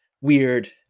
weird